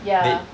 ya